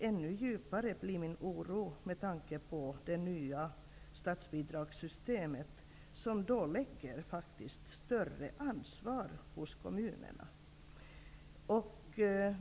Ännu djupare blir min oro med tanke på det nya statsbidragssystemet, som faktiskt lägger större ansvar hos kommunerna.